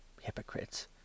HYPOCRITES